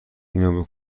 اینو